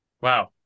Wow